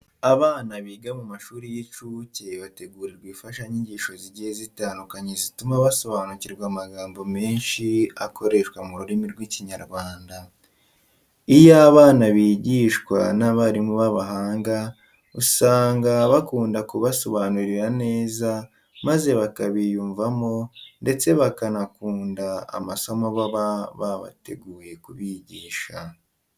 Abana biga mu mashuri y'incuke bategurirwa imfashanyigisho zigiye zitandukanye zituma basobanukirwa amagambo menshi akoreshwa mu rurimi rw'Ikinyarwanda. Iyo aba bana bigishwa n'abarimu b'abahanga usanga bakunda kubasobanurira neza maze bakabiyumvamo ndetse bakanakunda amasomo baba bateguye kubigisha.